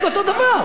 מה היית עושה?